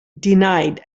denied